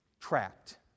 Trapped